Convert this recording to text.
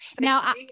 Now